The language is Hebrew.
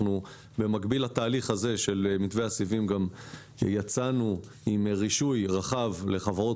במקביל לתהליך הזה של מתווה הסיבים יצאנו עם רישוי רחב לחברות